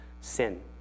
sin